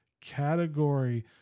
category